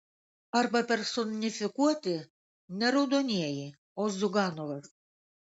arba personifikuoti ne raudonieji o ziuganovas